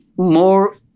More